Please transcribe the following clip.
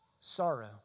Sorrow